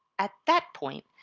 at that point,